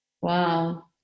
Wow